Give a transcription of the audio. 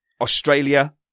Australia